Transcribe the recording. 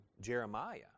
Jeremiah